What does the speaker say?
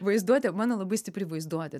vaizduotė mano labai stipri vaizduotė